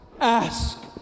ask